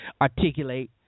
articulate